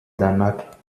danemark